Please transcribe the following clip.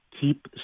keep